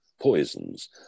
poisons